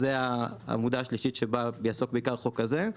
אז זו העמודה השלישית שבה יעסוק בעיקר החוק הזה.